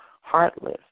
heartless